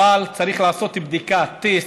צריך לעשות בדיקה, טסט,